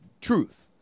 truth